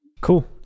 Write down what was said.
Cool